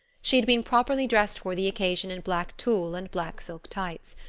she had been properly dressed for the occasion in black tulle and black silk tights.